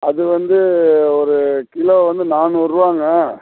அது வந்து ஒரு கிலோ வந்து நானூறுரூவாங்க